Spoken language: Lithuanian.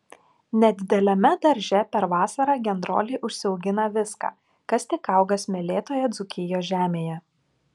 nedideliame darže per vasarą gendroliai užsiaugina viską kas tik auga smėlėtoje dzūkijos žemėje